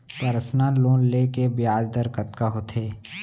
Personal loan ले के ब्याज दर कतका होथे?